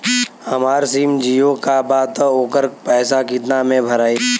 हमार सिम जीओ का बा त ओकर पैसा कितना मे भराई?